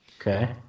Okay